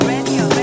Radio